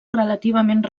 relativament